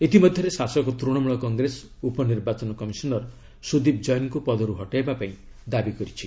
ଇତିମଧ୍ୟରେ ଶାସକ ତୃଣମୂଳ କଂଗ୍ରେସ ଉପନିର୍ବାଚନ କମିଶନର ସୁଦୀପ ଜୈନଙ୍କୁ ପଦରୁ ହଟାଇବା ପାଇଁ ଦାବି କରିଛି